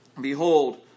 Behold